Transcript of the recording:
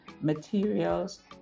materials